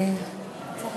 אתם רוצים